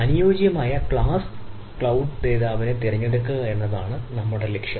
അനുയോജ്യമായ SaaS cloud ദാതാവിനെ തിരഞ്ഞെടുക്കുക എന്നതാണ് നമ്മളുടെ ലക്ഷ്യം